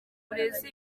burezi